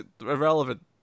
irrelevant